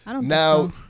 now